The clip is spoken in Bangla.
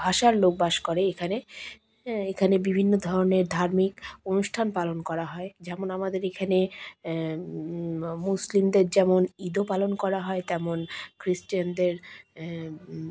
ভাষার লোক বাস করে এখানে এখানে বিভিন্ন ধরনের ধার্মিক অনুষ্ঠান পালন করা হয় যেমন আমাদের এখানে মুসলিমদের যেমন ঈদও পালন করা হয় তেমন খ্রিষ্টানদের